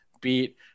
beat